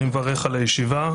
אני מברך על הישיבה,